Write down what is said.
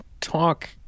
talk